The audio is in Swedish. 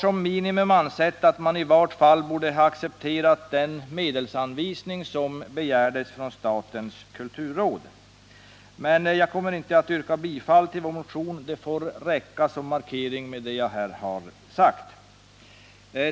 Vi har ansett att man som ett minimum borde ha accepterat den medelsanvisning som har begärts av statens kulturråd. Jag kommer emellertid inte att yrka bifall till vår motion. Det får räcka med den markering som det jag här har sagt innebär.